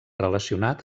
relacionat